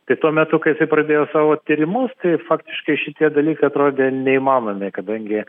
tai tuo metu kai jisai pradėjo savo tyrimus tai faktiškai šitie dalykai atrodė neįmanomi kadangi